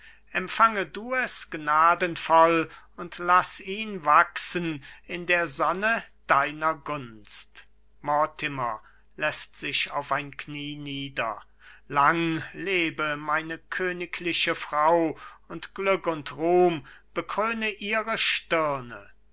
empfange du es gnadenvoll und laß ihn wachsen in der sonne deiner gunst mortimer läßt sich auf ein knie nieder lang lebe meine königliche frau und glück und ruhm bekröne ihre stirne